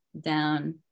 down